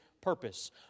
purpose